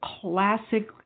classic